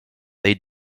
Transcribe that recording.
they